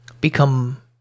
become